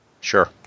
Sure